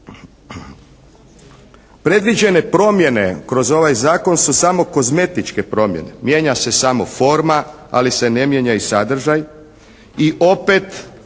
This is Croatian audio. predviđene promjene kroz ovaj zakon su samo kozmetičke promjene. Mijenja se samo forma ali se ne mijenja i sadržaj.